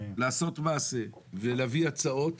לעשות מעשה ולהביא הצעות